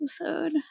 episode